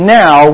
now